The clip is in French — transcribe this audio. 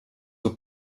aux